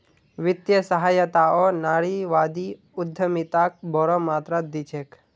वित्तीय सहायताओ नारीवादी उद्यमिताक बोरो मात्रात दी छेक